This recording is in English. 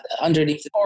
underneath